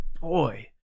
boy